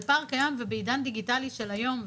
בעידן דיגיטלי של היום,